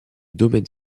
domaine